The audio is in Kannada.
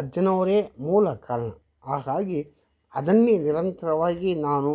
ಅಜ್ಜನವರೇ ಮೂಲ ಕಾರಣ ಹಾಗಾಗಿ ಅದನ್ನೇ ನಿರಂತರವಾಗಿ ನಾನು